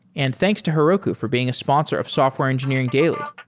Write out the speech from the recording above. and thanks to heroku for being a sponsor of software engineering daily